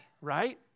right